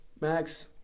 Max